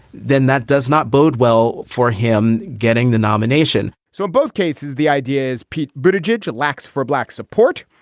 then that does not bode well for him getting the nomination so in both cases, the idea is, pete, bridget lacks for black support.